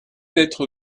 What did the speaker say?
être